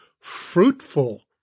fruitful